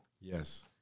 Yes